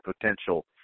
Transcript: potential